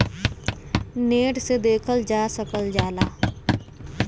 net से देखल जा सकल जाला